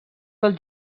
del